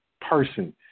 person